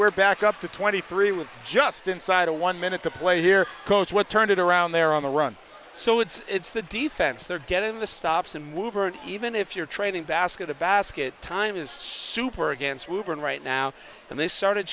we're back up to twenty three with just inside of one minute to play here coach what turned it around they're on the run so it's the defense they're getting the stops and mover and even if you're training basket a basket time is super against ruben right now and they started